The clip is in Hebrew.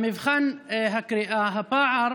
במבחן הקריאה הפער